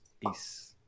Peace